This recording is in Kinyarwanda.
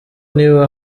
niba